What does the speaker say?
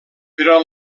però